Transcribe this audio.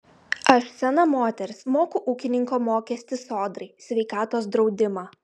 aš sena moteris moku ūkininko mokestį sodrai sveikatos draudimą